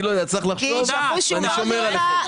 אני שומר עליכם.